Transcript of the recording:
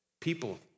people